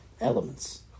elements